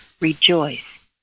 rejoice